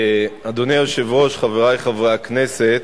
אדוני היושב-ראש, חברי חברי הכנסת,